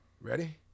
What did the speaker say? Ready